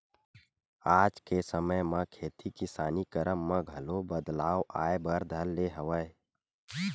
आज के समे म खेती किसानी करब म घलो बदलाव आय बर धर ले हवय